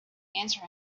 answer